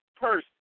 person